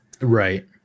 right